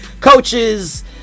Coaches